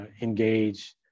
engage